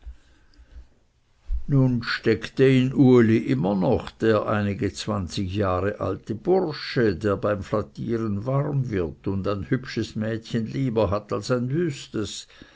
nun steckte in uli noch immer der einige zwanzig jahre alte bursche der beim flattieren warm wird und ein hübsches mädchen lieber hat als ein wüstes